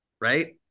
Right